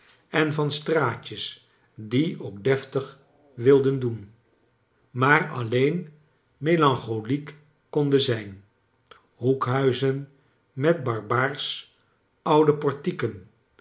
en van straat jes die ook deftig wilden doen kleine dokrit maar ialleen rnelancholielr konden zijn hoekhuizen met barbaarsch oude portieken